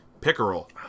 pickerel